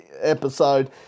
episode